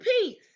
peace